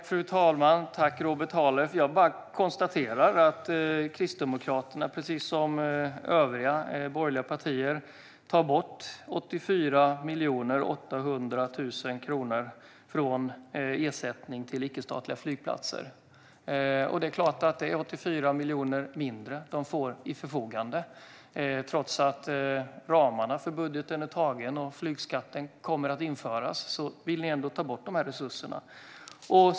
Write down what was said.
Fru talman! Tack, Robert Halef! Jag konstaterar bara att Kristdemokraterna, precis som övriga borgerliga partier, tar bort 84 800 000 kronor från ersättningen till icke-statliga flygplatser. Det är klart att de då får 84 miljoner mindre. Trots att ramarna för budgeten är antagna och flygskatten kommer att införas vill ni ändå ta bort de här resurserna.